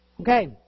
Okay